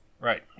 Right